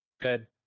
Good